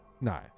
no